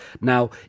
Now